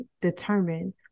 determine